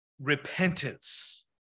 repentance